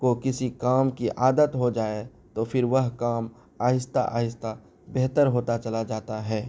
کو کسی کام کی عادت ہو جائے تو پھر وہ کام آہستہ آہستہ بہتر ہوتا چلا جاتا ہے